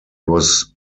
was